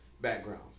backgrounds